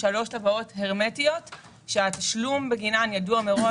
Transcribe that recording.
שלוש טבעות הרמטיות שהתשלום בגינן ידוע מראש,